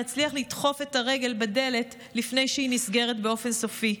נצליח לדחוף את הרגל בדלת לפני שהיא נסגרת באופן סופי.